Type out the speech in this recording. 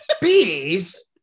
Bees